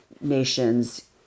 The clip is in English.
nations